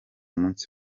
munsi